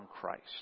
Christ